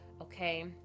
Okay